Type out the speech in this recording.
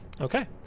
Okay